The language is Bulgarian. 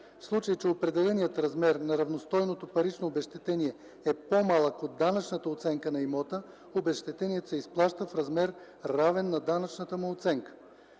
В случай че определеният размер на равностойното парично обезщетение е по-малък от данъчната оценка на имота, обезщетението се изплаща в размер, равен на данъчната му оценка.”